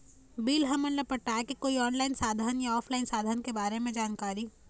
Bill हमन ला पटाए के कोई ऑनलाइन साधन या ऑफलाइन साधन के बारे मे जानकारी?